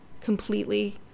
completely